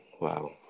Wow